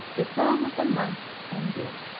the song of the monks ended.